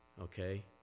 Okay